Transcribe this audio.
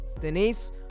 Denise